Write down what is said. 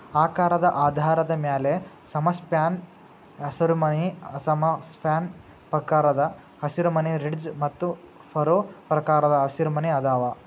ಆಕಾರದ ಆಧಾರದ ಮ್ಯಾಲೆ ಸಮಸ್ಪ್ಯಾನ್ ಹಸಿರುಮನಿ ಅಸಮ ಸ್ಪ್ಯಾನ್ ಪ್ರಕಾರದ ಹಸಿರುಮನಿ, ರಿಡ್ಜ್ ಮತ್ತು ಫರೋ ಪ್ರಕಾರದ ಹಸಿರುಮನಿ ಅದಾವ